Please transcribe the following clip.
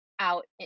out